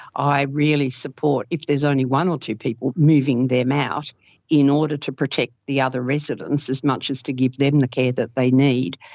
i really support, if there is only one or two people, moving them out in order to protect the other residents as much as to give them the care that they need.